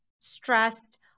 stressed